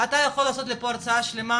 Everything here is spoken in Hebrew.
אתה יכול לעשות לי פה הרצאה שלמה,